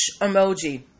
emoji